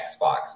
Xbox